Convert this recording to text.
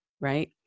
right